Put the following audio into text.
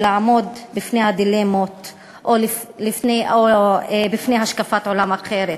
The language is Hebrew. ולעמוד בפני הדילמות או בפני השקפת עולם אחרת.